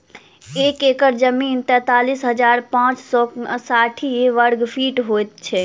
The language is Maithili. एक एकड़ जमीन तैँतालिस हजार पाँच सौ साठि वर्गफीट होइ छै